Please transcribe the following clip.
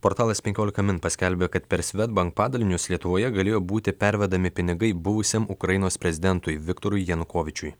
portalas penkiolika min paskelbė kad per svedbank padalinius lietuvoje galėjo būti pervedami pinigai buvusiam ukrainos prezidentui viktorui janukovyčiui